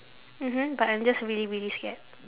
mmhmm but I'm just really really scared